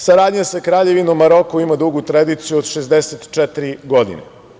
Saradnja sa Kraljevinom Maroko ima dugu tradiciju od 64 godine.